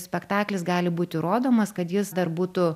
spektaklis gali būti rodomas kad jis dar būtų